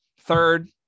third